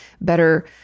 better